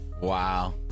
Wow